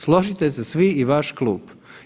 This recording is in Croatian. Složite se svi i vaš klub.